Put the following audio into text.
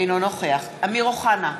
אינו נוכח אמיר אוחנה,